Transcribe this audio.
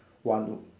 one